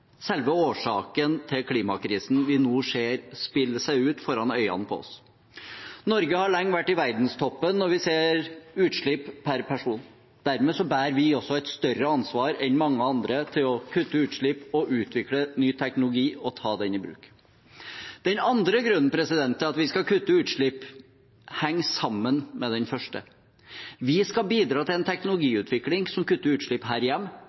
selve årsaken til klimakrisen vi nå ser spille seg ut foran øynene våre. Norge har lenge vært i verdenstoppen når vi ser på utslipp per person. Dermed bærer vi også et større ansvar enn mange andre for å kutte utslipp, utvikle ny teknologi og ta den i bruk. Den andre grunnen til at vi skal kutte utslipp, henger sammen med den første: Vi skal bidra til en teknologiutvikling som kutter utslippene her